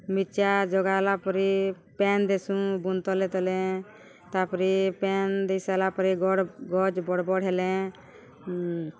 ମିର୍ଚା ଜଗାଲା ପରେ ପେନ୍ ଦେସୁଁ ବୁନ୍ଦ୍ ତଲେ ତଲେ ତା'ପରେ ପେନ୍ ଦେଇ ସାର୍ଲା ପରେ ଗଡ଼ ଗଜ୍ ବଡ଼୍ ବଡ଼୍ ହେଲେ